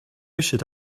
should